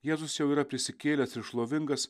jėzus jau yra prisikėlęs ir šlovingas